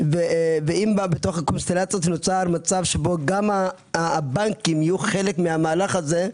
ואם נוצר מצב, שגם הבנקים יהיו חלק מהמהלך הזה,